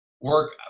work